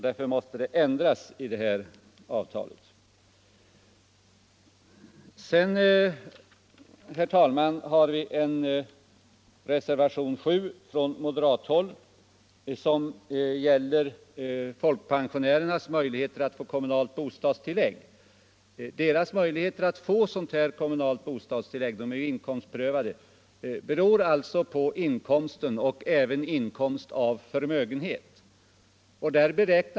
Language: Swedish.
Därför måste det ändras i det här avtalet. Vidare har vi, herr talman, från moderat håll avgivit reservationen 7 som gäller folkpensionärernas möjligheter att få kommunalt bostadstilllägg. Deras möjligheter att få sådant tillägg — som är inkomstprövat — och beror på inkomsten och även på inkomst av förmögenhet.